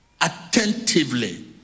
attentively